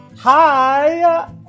Hi